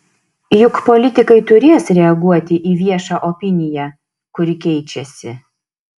juk politikai turės reaguoti į viešą opiniją kuri keičiasi